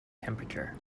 temperature